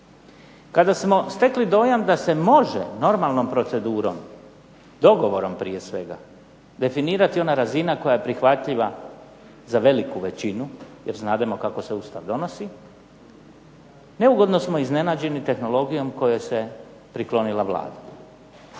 kada smo stekli dojam da se može normalnom procedurom, dogovorom prije svega definirati ona razina koja je prihvatljiva za veliku većinu, jer znademo kako se Ustav donosi, neugodno smo iznenađeni tehnologijom kojoj se priklonila Vlada.